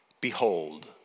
Behold